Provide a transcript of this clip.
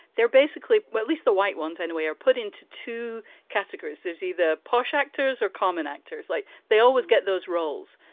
they're basically at least the white ones anyway, are put into two categories, is either posh actors or common actors like they always get those roles.